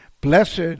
Blessed